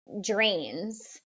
drains